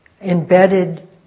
embedded